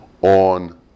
on